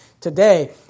today